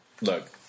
look